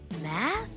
math